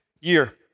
year